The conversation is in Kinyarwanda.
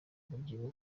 umubyibuho